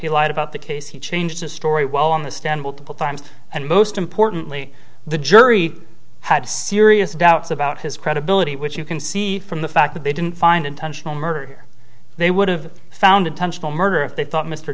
he lied about the case he changed his story well on the stand multiple times and most importantly the jury had serious doubts about his credibility which you can see from the fact that they didn't find intentional murder they would have found intentional murder if they thought mr